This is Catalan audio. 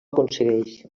aconsegueix